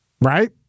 Right